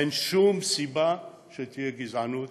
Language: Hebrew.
אין שום סיבה שתהיה גזענות